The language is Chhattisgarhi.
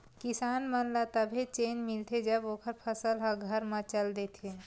किसान मन ल तभे चेन मिलथे जब ओखर फसल ह घर म चल देथे